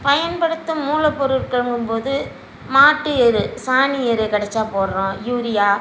பயன்படுத்தும் மூலப்பொருட்களுங்கும் போது மாட்டு எரு சாணி எரு கிடச்சா போடுகிறோம் யூரியா